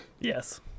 Yes